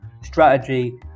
strategy